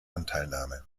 anteilnahme